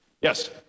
Yes